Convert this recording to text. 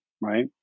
right